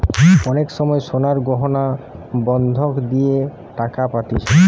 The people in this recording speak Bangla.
অনেক সময় সোনার গয়না বন্ধক দিয়ে টাকা পাতিছে